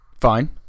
fine